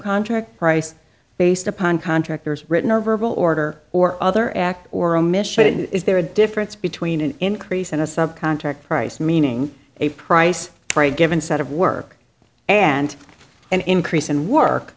contract price based upon contractors written or verbal order or other act or omission is there a difference between an increase in a sub contract price meaning a price for a given set of work and an increase in work